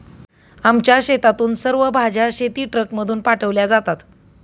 आमच्या शेतातून सर्व भाज्या शेतीट्रकमधून पाठवल्या जातात